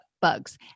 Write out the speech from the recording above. bugs